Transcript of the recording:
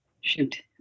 shoot